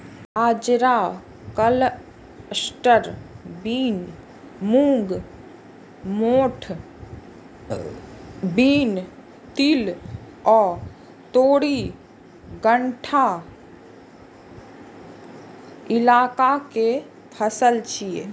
बाजरा, cluster bean, मूंग, मोठ बीन, तिल आ तोरी ठंढा इलाका के फसल छियै